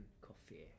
coffee